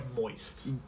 moist